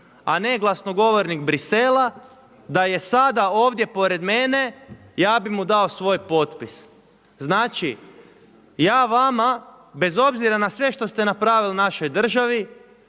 a ne glasnogovornik Bruxellesa da je sada ovdje pored mene ja bih mu dao svoj potpis. Znači, ja vama bez obzira na sve što ste napravili u našoj državi